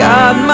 God